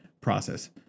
process